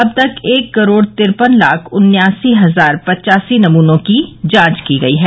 अब तक एक करोड़ तिरपन लाख उन्यासी हजार पचासी नमूनों की जांच की गई है